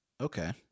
Okay